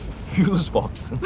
fuse-box?